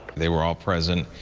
they were all present.